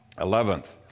Eleventh